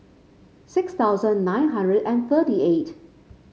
six thousand nine hundred and thirty eight